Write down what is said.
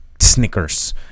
Snickers